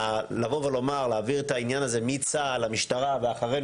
לבוא ולומר להעביר את העניין הזה מצה"ל למשטרה ואחרינו